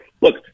look